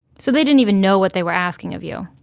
so, they didn't even know what they were asking of you?